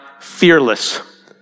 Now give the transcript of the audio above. fearless